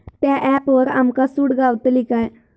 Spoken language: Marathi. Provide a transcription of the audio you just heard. त्या ऍपवर आमका सूट गावतली काय?